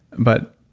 but.